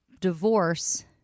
divorce